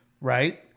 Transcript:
Right